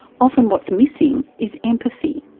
often what's missing is empathy,